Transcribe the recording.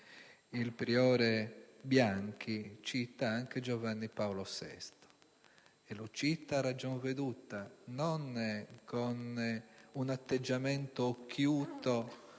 il priore Bianchi cita anche Giovanni Paolo II. E lo cita a ragion veduta, non con un atteggiamento occhiuto,